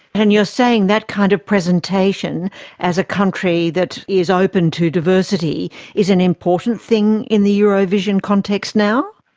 and you're saying that kind of presentation as a country that is open to diversity is an important thing in the eurovision context now?